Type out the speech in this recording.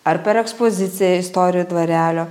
ar per ekspoziciją istorijų dvarelio